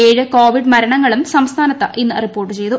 ഏഴ് കോവിഡ് മരണങ്ങളും സംസ്ഥാനത്ത് ഇന്ന് റിപ്പോർട്ട് ചെയ്തു